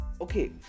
Okay